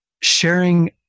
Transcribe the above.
sharing